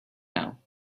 now